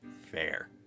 fair